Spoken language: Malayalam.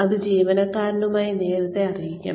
അത് ജീവനക്കാരനെ നേരത്തെ അറിയിക്കണം